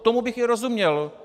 Tomu bych i rozuměl.